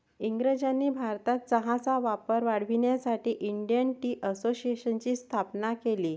इंग्रजांनी भारतात चहाचा वापर वाढवण्यासाठी इंडियन टी असोसिएशनची स्थापना केली